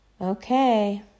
Okay